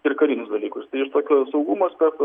ir karinius dalykus tai iš tokio saugumo aspekto